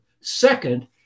Second